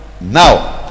now